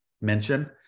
mention